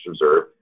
reserve